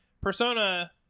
Persona